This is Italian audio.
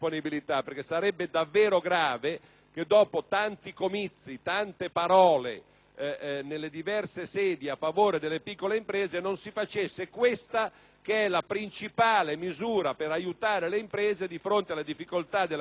nelle diverse sedi a favore delle piccole imprese, non si facesse questa che è la principale misura per aiutare le imprese di fronte alle difficoltà della crisi finanziaria che intanto potremo prendere nell'immediato. *(Applausi dal